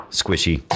squishy